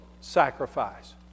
sacrifice